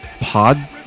Pod